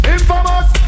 Infamous